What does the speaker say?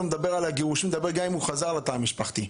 אני לא מדבר על גירושים אלא גם אם הוא חוזר לתא המשפחתי.